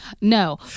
No